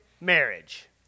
marriage